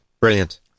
brilliant